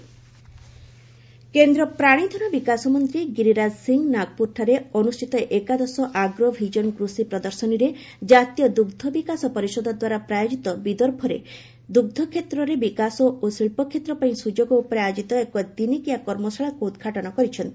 Nagpur agro vision କେନ୍ଦ୍ର ପ୍ରାଣୀଧନ ବିକାଶ ମନ୍ତ୍ରୀ ଗିରିରାଜ ସିଂ ନାଗପୁରଠାରେ ଅନୁଷ୍ଠିତ ଏକାଦଶ ଆଗ୍ରୋ ଭିଜନ କୃଷି ପ୍ରଦର୍ଶନୀରେ ଜାତୀୟ ଦୁଗ୍ମ ବିକାଶ ପରିଷଦ ଦ୍ୱାରା ପ୍ରାୟୋଜିତ ବିଦର୍ଭରେ ଦୁଗ୍ଧ କ୍ଷେତ୍ରର ବିକାଶ ଓ ଶିଳ୍ପ କ୍ଷେତ୍ର ପାଇଁ ସୁଯୋଗ ଉପରେ ଆୟୋକିତ ଏକ ଦିନିକିଆ କର୍ମଶାଳାକୁ ଉଦ୍ଘାଟନ କରିଛନ୍ତି